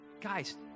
guys